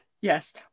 Yes